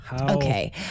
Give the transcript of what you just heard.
Okay